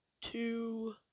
two